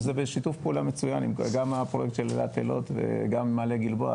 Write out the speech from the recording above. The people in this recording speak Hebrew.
וזה בשיתוף פעולה מצוין גם עם הפרויקט של אילת אילות וגם עם מעלה גלבוע,